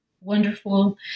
wonderful